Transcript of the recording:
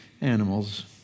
animals